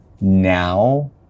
Now